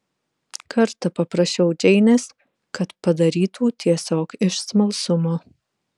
kartą paprašiau džeinės kad padarytų tiesiog iš smalsumo